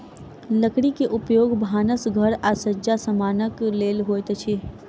लकड़ी के उपयोग भानस घर आ सज्जा समानक लेल होइत अछि